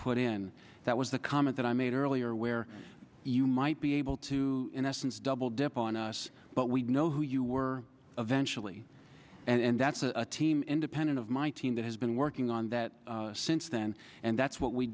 put in that was the comment that i made earlier where you might be able to in essence double dip on us but we know who you were eventually and that's a team independent of my team that has been working on that since then and that's what we